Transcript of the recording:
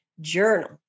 journal